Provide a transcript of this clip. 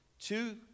Two